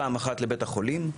פעם אחת לבית החולים,